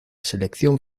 selección